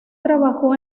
trabajó